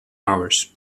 hours